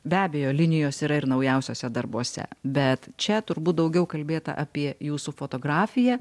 be abejo linijos yra ir naujausiuose darbuose bet čia turbūt daugiau kalbėta apie jūsų fotografiją